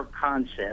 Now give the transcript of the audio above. concept